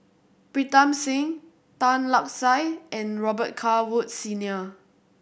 Pritam Singh Tan Lark Sye and Robet Carr Woods Senior